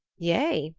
yea,